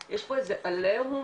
אבא שלי הוא היחיד שעשה לול חדש,